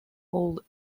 old